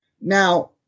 now